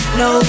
no